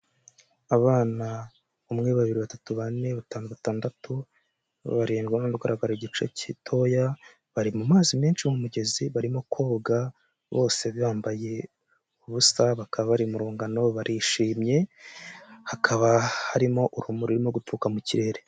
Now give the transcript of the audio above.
Ubana umwe, babiri, batatu, bane, batanu, batandatu, barindwi, barimo kugaragara igice gitoya, bari mu mazi menshi mu mugezi barimo koga bose bambaye ubusa, bakaba bari mu rungano barishimye, hakaba harimo urumuri ruri gutuka mu kirere.